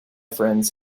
friends